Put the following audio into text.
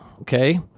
Okay